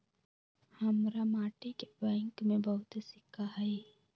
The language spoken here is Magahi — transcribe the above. हमरा माटि के बैंक में बहुते सिक्का हई